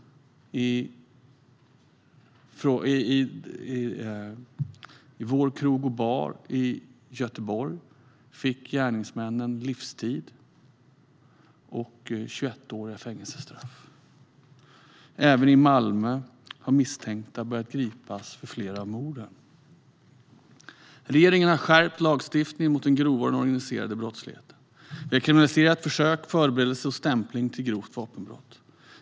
Efter dådet i Vår Krog & Bar i Göteborg fick gärningsmännen livstid respektive 21-åriga fängelsestraff. Även i Malmö har misstänkta börjat gripas för flera av morden. Regeringen har skärpt lagstiftningen mot den grova organiserade brottsligheten. Vi har kriminaliserat försök, förberedelse och stämpling till grovt vapenbrott.